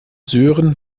sören